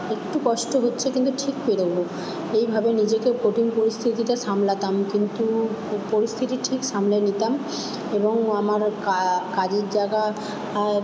একটু কষ্ট হচ্ছে কিন্তু ঠিক পেরে উঠবো এইভাবে নিজেকে কঠিন পরিস্থিতিটা সামলাতাম কিন্তু পরিস্থিতি ঠিক সামলে নিতাম এবং আমার ওই কা কাজের জায়গা আয়